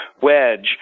wedge